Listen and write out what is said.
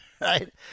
Right